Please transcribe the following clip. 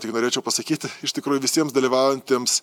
tik norėčiau pasakyti iš tikrųjų visiems dalyvaujantiems